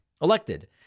elected